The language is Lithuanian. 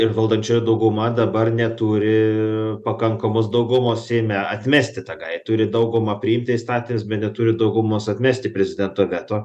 ir valdančioji dauguma dabar neturi pakankamos daugumos seime atmesti tą gai turi daugumą priimti įstatęs bet neturi daugumos atmesti prezidento veto